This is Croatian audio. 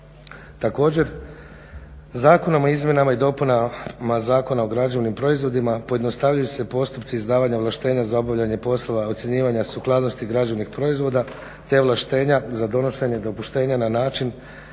Također, Zakonom o izmjenama i dopunama Zakona o građevnim proizvodima pojednostavnjuju se postupci izdavanja ovlaštenja za obavljanje poslova, ocjenjivanja sukladnosti građevnih proizvoda, te ovlaštenja za donošenje dopuštenja na način